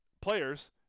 players